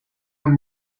und